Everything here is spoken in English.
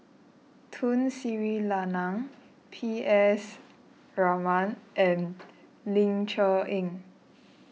Tun Sri Lanang P S Raman and Ling Cher Eng